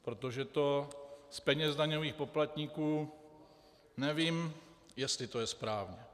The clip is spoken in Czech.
Protože to z peněz daňových poplatníků nevím, jestli to je správné.